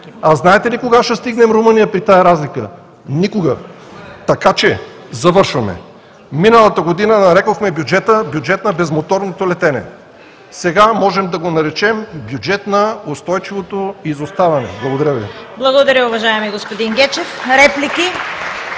Знаете ли кога ще стигнем Румъния при тази разлика? Никога. (Реплики.) Миналата година нарекохме бюджета „бюджет на безмоторното летене“, сега можем да го наречем „бюджет на устойчивото изоставане“. Благодаря Ви.